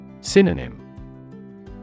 Synonym